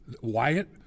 Wyatt